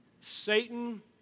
Satan